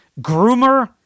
groomer